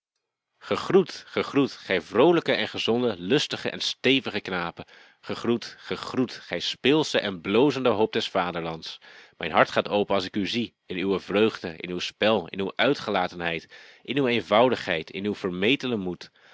gegroet gegroet gij vroolijke en gezonde lustige en stevige knapen gegroet gegroet gij speelsche en blozende hoop des vaderlands mijn hart gaat open als ik u zie in uwe vreugde in uw spel in uw uitgelatenheid in uw eenvoudigheid in uw vermetelen